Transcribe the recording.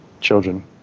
children